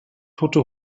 tote